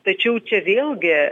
tačiau čia vėlgi